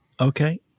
Okay